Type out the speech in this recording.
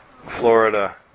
Florida